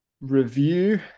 review